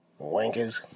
wankers